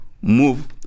move